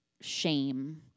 shame